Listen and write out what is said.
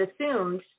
assumed